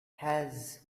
has